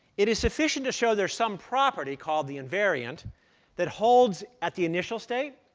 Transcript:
it is sufficient to show there's some property called the invariant that holds at the initial state,